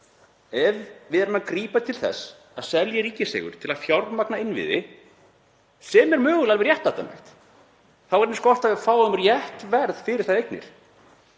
Ef við erum að grípa til þess að selja ríkiseigur til að fjármagna innviði, sem er mögulega alveg réttlætanlegt, þá er eins gott að við fáum rétt verð fyrir þær eignir.